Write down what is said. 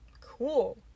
Cool